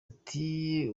ati